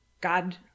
God